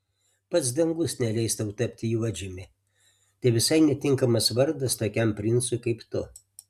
pats dangus neleis tau tapti juodžiumi tai visai netinkamas vardas tokiam princui kaip tu